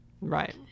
Right